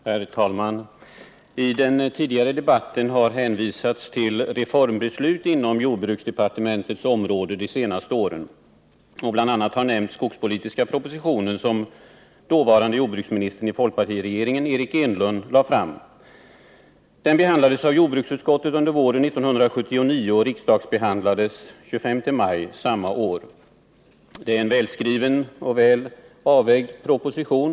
Herr talman! I den tidigare debatten har hänvisats till reformbeslut inom jordbruksdepartementets område de senaste åren. Bl. a. har nämnts den skogspolitiska proposition som dåvarande jordbruksministern i folkpartiregeringen, Eric Enlund, lade fram. Den behandlades av jordbruksutskottet under våren 1979 och av kammaren den 25 maj samma år. Det är en välskriven och väl avvägd proposition.